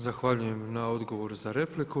Zahvaljujem na odgovoru za repliku.